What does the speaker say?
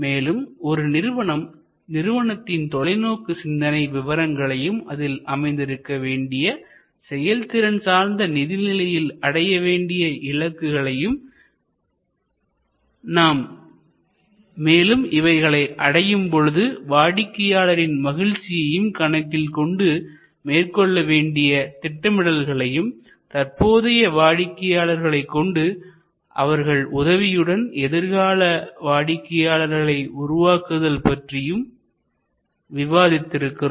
மேலும் ஒரு நிறுவனத்தின் தொலைநோக்கு சிந்தனை விவரங்களையும் அதில் அமைந்திருக்க வேண்டிய செயல்திறன் சார்ந்த நிதிநிலையில் அடையவேண்டிய இலக்குகளையும் மேலும் இவைகளை அடையும் பொழுது வாடிக்கையாளரின் மகிழ்ச்சியையும் கணக்கில் கொண்டு மேற்கொள்ளவேண்டிய திட்டமிடல்களையும் தற்போதைய வாடிக்கையாளர்களைக் கொண்டு அவர்கள் உதவியுடன் எதிர்கால வாடிக்கையாளர்களை உருவாக்குதல் பற்றியும் விவாதித்து இருக்கிறோம்